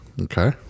Okay